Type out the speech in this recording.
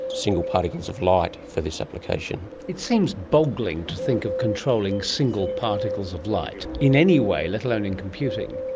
single particles of light for this application. it seems boggling to think of controlling single particles of light in any way, let alone in computing.